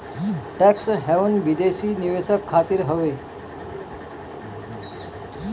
tax haven विदेशी निवेशक खातिर हवे